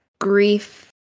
grief